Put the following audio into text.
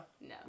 No